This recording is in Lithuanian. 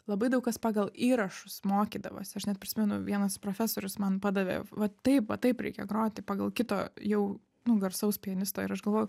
labai daug kas pagal įrašus mokydavosi aš net prisimenu vienas profesorius man padavė vat taip va taip reikia groti pagal kito jau nu garsaus pianisto ir aš galvoju